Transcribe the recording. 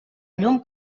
llum